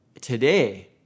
Today